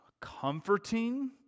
comforting